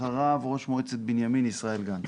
אחריו ראש מועצת בנימין, ישראל גנץ.